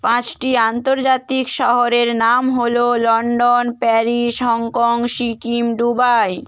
পাঁচটি আন্তর্জাতিক শহরের নাম হলো London Paris Hong Kong Sikkim Dubai